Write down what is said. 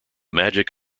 magic